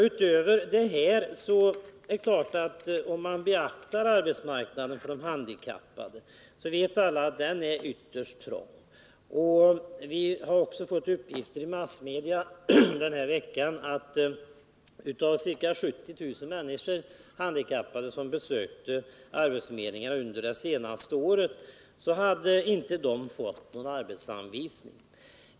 Utöver detta vet vi att arbetsmarknaden för de handikappade är ytterst trång. Vi har också denna vecka i massmedia fått uppgifter om att ca 70 000 handikappade människor som besökt arbetsförmedlingarna under det senaste året inte hade fått någon arbetsanvisning.